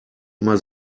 immer